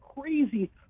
crazy